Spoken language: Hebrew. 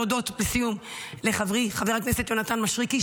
לסיום אני רוצה להודות לחברי חבר הכנסת יונתן מישרקי,